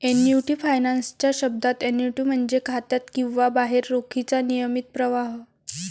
annuity finance च्या शब्दात, annuity म्हणजे खात्यात किंवा बाहेर रोखीचा नियमित प्रवाह